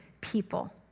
people